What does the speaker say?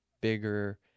bigger